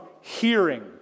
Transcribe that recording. hearing